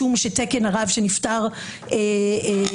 משום שתקן הרב שנפטר נפסק.